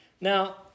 Now